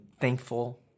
thankful